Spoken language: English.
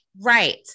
Right